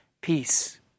peace